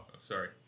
sorry